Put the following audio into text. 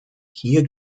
hier